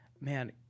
man